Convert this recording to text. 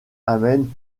amène